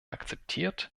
akzeptiert